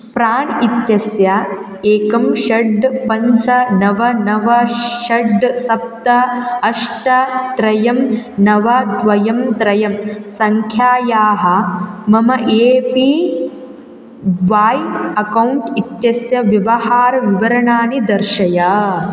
प्राण् इत्यस्य एकं षड् पञ्च नव नव षड् सप्त अष्ट त्रयं नव द्वयं त्रयं सङ्ख्यायाः मम ए पी वाय् अकौण्ट् इत्यस्य व्यवहारविवरणानि दर्शय